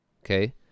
okay